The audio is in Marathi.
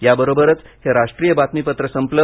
याबरोबरच हे राष्ट्रीय बातमीपत्र संपलं